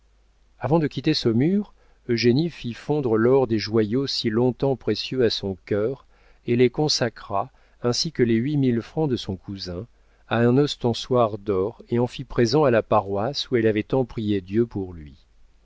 avant de quitter saumur eugénie fit fondre l'or des joyaux si long-temps précieux à son cœur et les consacra ainsi que les huit mille francs de son cousin à un ostensoir d'or et en fit présent à la paroisse où elle avait tant prié dieu pour lui